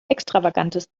extravagantes